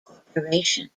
corporation